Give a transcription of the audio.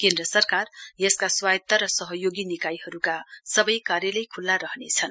केन्द्र सरकार यसका स्वायत्र र सहयोगी निकायहरूका सबै कार्यालय खुल्ला रहनेछन्